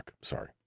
sorry